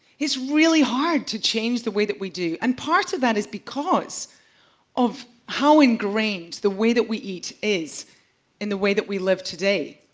it's really hard to change the way that we do and part of that is because of how ingrained the way that we eat is in the way that we live today.